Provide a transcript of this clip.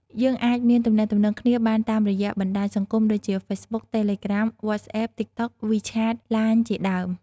យើងអាចមានទំនាក់ទំនងគ្នាបានតាមរយៈបណ្តាញសង្គមដូចជា Facebook Telegram WhatsApp TikTok WeChat LINE ជាដើម ។